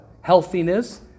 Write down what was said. healthiness